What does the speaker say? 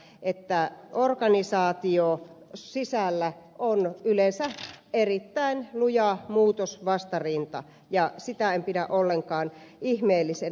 minusta se on aivan luonnollista että organisaation sisällä on yleensä erittäin luja muutosvastarinta ja sitä en pidä ollenkaan ihmeellisenä